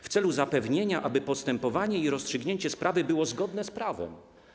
W celu zapewnienia, aby postępowanie i rozstrzygnięcie sprawy było zgodne z prawem.